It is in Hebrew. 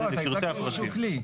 לא, אתה הצגת איזה שהוא כלי.